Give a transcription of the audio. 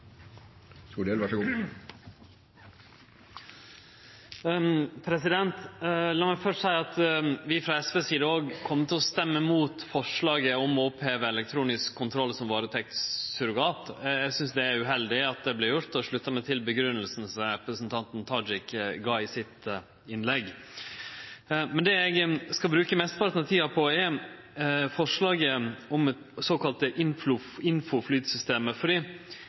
meg først seie at vi frå SV si side òg kjem til å stemme imot forslaget om å oppheve elektronisk kontroll som varetektssurrogat. Eg synest det er uheldig at det vert gjort, og sluttar meg til grunngjevinga som representanten Tajik gav i sitt innlegg. Men det eg skal bruke mesteparten av tida på, er forslaget om det såkalla